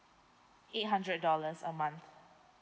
eight hundred dollars a month